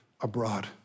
abroad